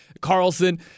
Carlson